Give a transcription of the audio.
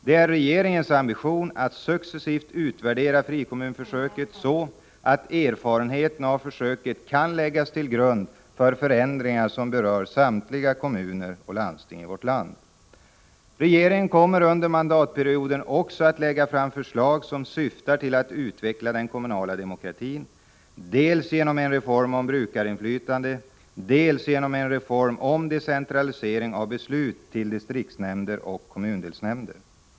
Det är regeringens ambition att successivt utvärdera frikommunsförsöket, så att erfarenheten av försöket kan läggas till grund för förändringar som berör samtliga kommuner och landsting i vårt land. Regeringen kommer under mandatperioden också att lägga fram förslag som syftar till att utveckla den kommunala demokratin, dels genom en reform om brukarinflytande, dels genom en reform om decentralisering av beslut till distriktsnämnder och kommundelsnämnder.